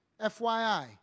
FYI